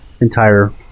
entire